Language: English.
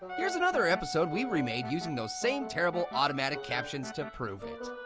here's another episode we remade using those same terrible automatic captions to prove it.